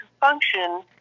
function